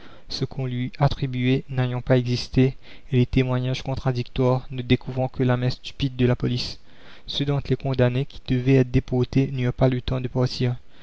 ce qu'on lui attribuait n'ayant pas existé et les témoignages contradictoires ne découvrant que la main stupide de la police ceux d'entre les condamnés qui devaient être déportés n'eurent pas le temps de partir